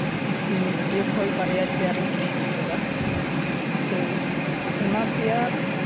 ᱤᱧ ᱦᱟᱹᱴᱭᱟᱹ ᱠᱷᱚᱱ ᱵᱟᱨᱭᱟ ᱪᱮᱭᱟᱨ ᱤᱧ ᱠᱤᱨᱤᱧ ᱟᱹᱜᱩ ᱞᱮᱫᱟ ᱛᱳ ᱚᱱᱟ ᱪᱮᱭᱟᱨ